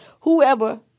whoever